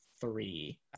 three